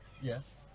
Yes